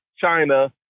China